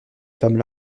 femmes